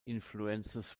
influences